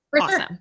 awesome